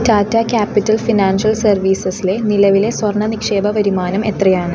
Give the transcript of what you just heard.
Tata capital financial സർവീസസിലെ നിലവിലെ സ്വർണ്ണ നിക്ഷേപ വരുമാനം എത്രയാണ്